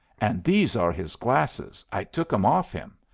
and these are his glasses. i took em off him.